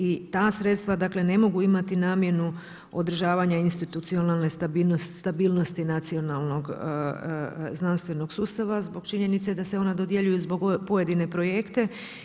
I ta sredstva dakle ne mogu imati namjenu održavanja institucionalne stabilnosti nacionalnog, znanstvenog sustava zbog činjenice da se ona dodjeljuju zbog pojedine projekte.